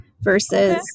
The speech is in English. versus